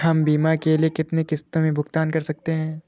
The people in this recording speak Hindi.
हम बीमा के लिए कितनी किश्तों में भुगतान कर सकते हैं?